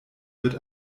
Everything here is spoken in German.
wird